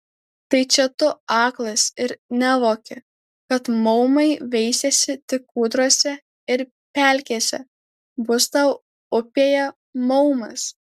tai čia tu aklas ir nevoki kad maumai veisiasi tik kūdrose ir pelkėse bus tau upėje maumas